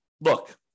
look